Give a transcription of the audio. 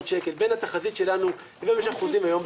שקל בין התחזית שלנו לבין מה שאנחנו עושים היום,